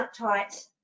uptight